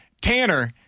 Tanner